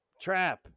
Trap